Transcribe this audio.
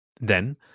Then